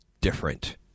different